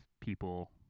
people